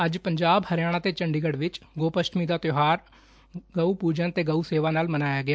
ਅੱਜ ਪੰਜਾਬ ਹਰਿਆਣਾ ਤੇ ਚੰਡੀਗੜ੍ਹ ਵਿਚ ਗੋਪਾਅਸ਼ਟਮੀ ਦਾ ਤਿਓਹਾਰ ਗਊ ਪੂਜਨ ਤੇ ਗਊ ਸੇਵਾ ਨਾਲ ਮਨਾਇਆ ਗਿਆ